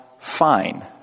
fine